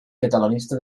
catalanista